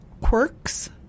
quirks